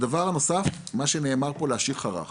דבר נוסף, מה שנאמר פה להשאיר חרך,